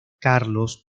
carlos